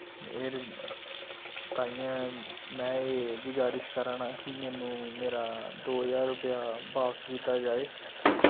एह् ताइयैं मैं एह् गुजारिश करा ना कि मैनु मेरा दो ज्हार रपेआ बाप्स कित्ता जाए